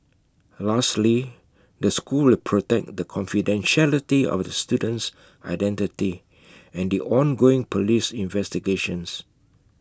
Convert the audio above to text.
lastly the school will protect the confidentiality of the student's identity and the ongoing Police investigations